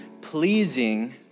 pleasing